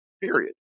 Period